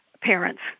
parents